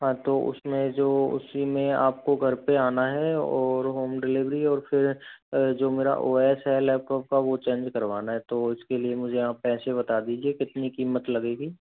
हाँ तो उसमें जो उसी में आपको घर पे आना है और होम डिलिवरी और फिर जो मेरा ओ एस है लैपटॉप का वो चेंज करवाना है तो उसके लिए मुझे आप पैसे बता दीजिए कितनी कीमत लगेगी